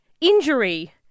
injury